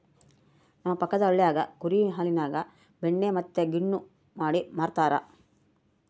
ನಮ್ಮ ಪಕ್ಕದಳ್ಳಿಗ ಕುರಿ ಹಾಲಿನ್ಯಾಗ ಬೆಣ್ಣೆ ಮತ್ತೆ ಗಿಣ್ಣು ಮಾಡಿ ಮಾರ್ತರಾ